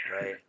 Right